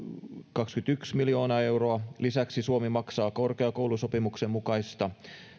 kaksikymmentäyksi miljoonaa euroa lisäksi suomi maksaa korkeakoulusopimuksen mukaista